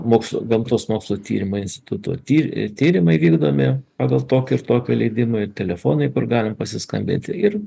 mokslo gamtos mokslų tyrimo instituto tyrimai vykdomi pagal tokį ir tokį leidimą ir telefonai kur galima pasiskambinti ir